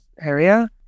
area